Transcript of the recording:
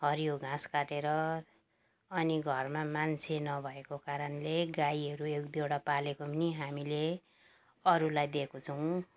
हरियो घाँस काटेर अनि घरमा मान्छे नभएको कारणले गाईहरू एक दुइवटा पालेको पनि हामीले अरूलाई दिएको छौँ